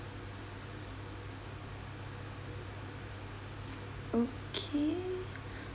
okay